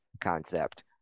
concept